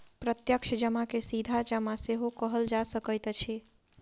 प्रत्यक्ष जमा के सीधा जमा सेहो कहल जा सकैत अछि